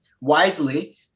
wisely